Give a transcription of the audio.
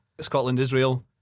Scotland-Israel